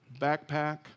backpack